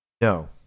No